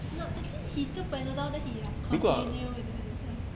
no I think he took Panadol then he continue with the exercise